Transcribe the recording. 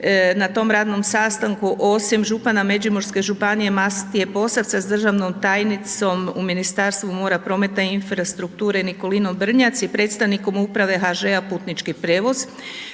na tom radnom sastanku, osim župana Međimurske županije Matije Posavca s državnom tajnicom u Ministarstvu mora, prometa i infrastrukture Nikolinom Brnjac i predstavnikom uprave HŽ-a Putnički prijevoz,